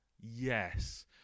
yes